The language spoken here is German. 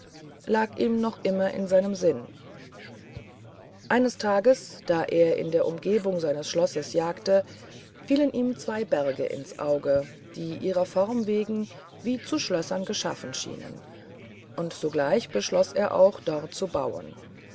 lag ihm noch immer in seinem sinn eines tages da er in der umgegend seines schlosses jagte fielen ihm zwei berge ins auge die ihrer form wegen wie zu schlössern geschaffen schienen und sogleich beschloß er auch dort zu bauen